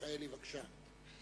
חבר הכנסת מיכאלי, בבקשה.